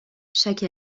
chaque